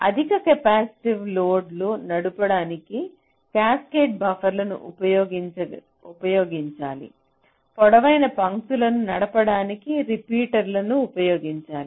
అధిక కెపాసిటివ్ లోడ్ను నడపడానికి క్యాస్కేడ్ బఫర్లను ఉపయోగించాలి పొడవైన పంక్తులను నడపడానికి రిపీటర్లను ఉపయోగించాలి